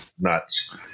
nuts